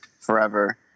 Forever